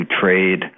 trade